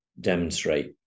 demonstrate